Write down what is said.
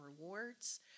rewards